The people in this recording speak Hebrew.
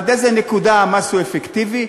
עד איזה נקודה המס הוא אפקטיבי,